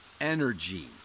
energy